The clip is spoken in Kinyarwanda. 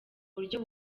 buryo